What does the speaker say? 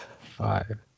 Five